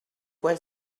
when